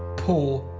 poor,